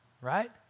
right